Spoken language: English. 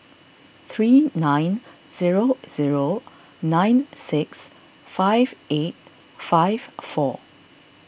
three nine zero zero nine six five eight five four